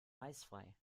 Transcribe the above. eisfrei